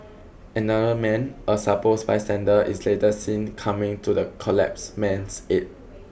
another man a supposed bystander is later seen coming to the collapsed man's aid